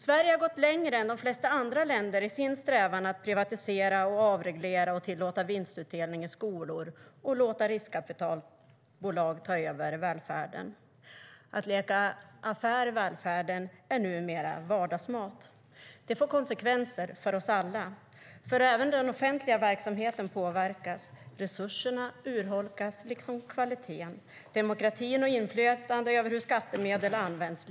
Sverige har gått längre än de flesta andra länder i sin strävan att privatisera, avreglera, tillåta vinstutdelning i skolor och låta riskkapitalbolag ta över välfärden. Att leka affär i välfärden är numera vardagsmat. Det får konsekvenser för oss alla, för även den offentliga verksamheten påverkas. Resurserna urholkas liksom kvaliteten, demokratin och inflytandet över hur skattemedel används.